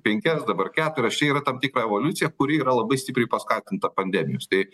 penkias dabar keturias čia yra tam tikra evoliucija kuri yra labai stipriai paskatinta pandemijos tai